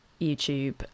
YouTube